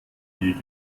hier